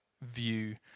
view